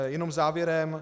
Jenom závěrem.